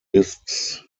lists